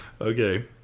Okay